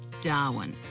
Darwin